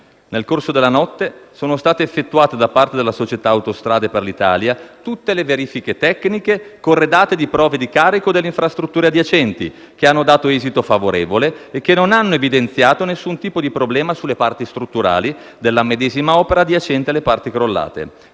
Nel corso della notte sono state effettuate, da parte della società Autostrade per l'Italia, tutte le verifiche tecniche, corredate di prove di carico delle infrastrutture adiacenti, che hanno dato esito favorevole e che non hanno evidenziato nessun tipo di problema sulle parti strutturali della medesima opera adiacente le parti crollate.